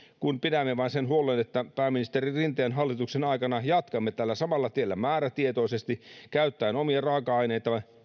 kun pidämme vain huolen siitä että pääministeri rinteen hallituksen aikana jatkamme tällä samalla tiellä määrätietoisesti käyttäen omia raaka aineitamme